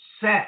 set